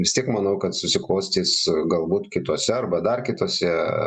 vis tiek manau kad susiklostys galbūt kituose arba dar kituose